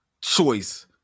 choice